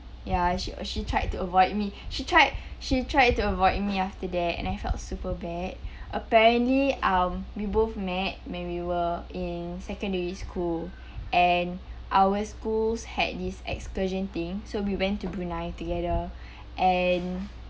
ya she she tried to avoid me she tried she tried to avoid me after that and I felt super bad apparently um we both met when we were in secondary school and our schools had this excursion thing so we went to brunei together and